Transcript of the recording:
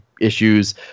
issues